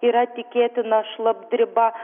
yra tikėtina šlapdriba